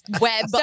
web